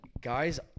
guys